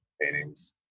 paintings